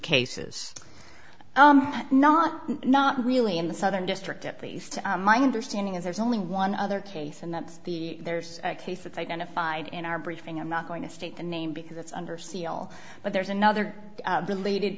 cases not not really in the southern district at least my understanding is there's only one other case and that's the there's a case of identified in our briefing i'm not going to state the name because it's under seal but there's another related